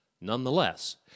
Nonetheless